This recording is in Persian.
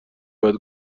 باید